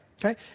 Okay